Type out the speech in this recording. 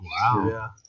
Wow